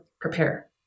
prepare